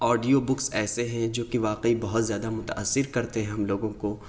audio books ایسے ہیں جو واقعی بہت زیادہ متأثر کرتے ہیں ہم لوگوں کو